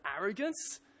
arrogance